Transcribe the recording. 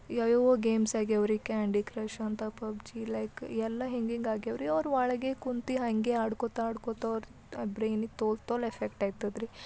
ಯಾವ ಯಾವ ಗೇಮ್ಸ್ ಆಗ್ಯವ್ರಿ ಕ್ಯಾಂಡಿ ಕ್ರಷ್ ಅಂತ ಪಬ್ ಜಿ ಲೈಕ್ ಎಲ್ಲ ಹಿಂಗೆ ಹಿಂಗೆ ಆಗ್ಯವ್ರಿ ಅವ್ರು ಒಳಗೆ ಕುಂತು ಹಂಗೆ ಆಡ್ಕೊಳ್ತಾ ಆಡ್ಕೊಳ್ತಾ ಅವ್ರಿಗೆ ಬ್ರೈನಿಗೆ ತೋಲ್ ತೋಲ್ ಎಫೆಕ್ಟ್ ಆಯ್ತದ್ರಿ